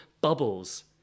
bubbles